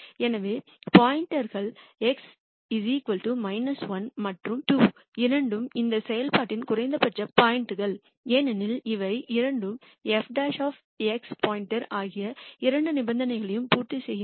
எனவே பாயிண்ட்கள் x 1 மற்றும் 2 இரண்டும் இந்த செயல்பாட்டிற்கான குறைந்தபட்ச பாயிண்ட்கள் ஏனெனில் இவை இரண்டும் f x ஆகிய இரண்டு நிபந்தனைகளையும் பூர்த்தி செய்கின்றன